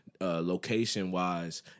location-wise